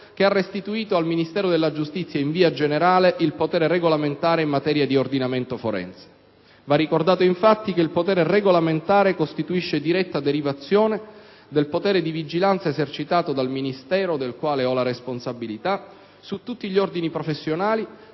che ha restituito al Ministero della giustizia, in via generale, il potere regolamentare in materia di ordinamento forense. Va ricordato infatti che il potere regolamentare costituisce diretta derivazione del potere di vigilanza esercitato dal Ministero del quale ho la responsabilità su tutti gli ordini professionali